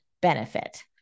benefit